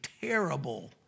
terrible